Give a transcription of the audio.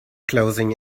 closing